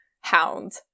hound